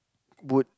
would